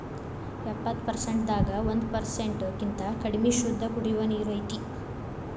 ಎಪ್ಪತ್ತು ಪರಸೆಂಟ್ ದಾಗ ಒಂದ ಪರಸೆಂಟ್ ಕಿಂತ ಕಡಮಿ ಶುದ್ದ ಕುಡಿಯು ನೇರ ಐತಿ